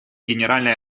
генеральной